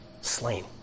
slain